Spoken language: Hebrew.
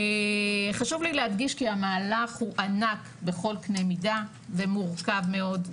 חשוב לי להדגיש כי המהלך הוא ענק בכל קנה מידה ומורכב מאוד,